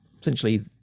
Essentially